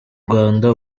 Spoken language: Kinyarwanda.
rwanda